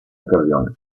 occasione